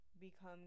become